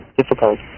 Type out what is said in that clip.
difficult